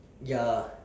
ya